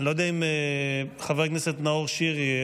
אני לא יודע אם חבר הכנסת נאור שירי,